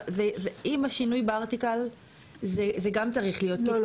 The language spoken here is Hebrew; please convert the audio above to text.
אם השינוי בארטיקל זה גם צריך להיות.